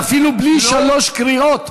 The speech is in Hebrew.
זה אפילו בלי שלוש קריאות.